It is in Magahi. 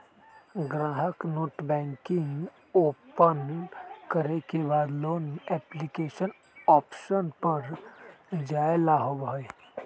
ग्राहक नेटबैंकिंग ओपन करे के बाद लोन एप्लीकेशन ऑप्शन पर जाय ला होबा हई